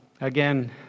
Again